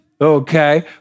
okay